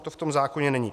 To v tom zákoně není.